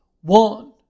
One